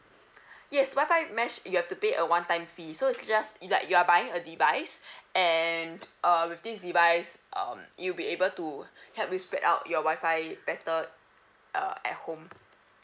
yes wifi mesh you have to pay a one time fee so it's just like you are buying a device and uh with this device um it'll be able to help you spread out your wifi better uh at home